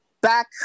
back